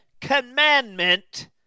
commandment